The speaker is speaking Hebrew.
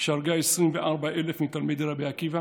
שהרגה 24,000 מתלמידי רבי עקיבא